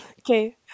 Okay